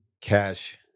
cash